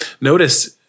Notice